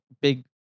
big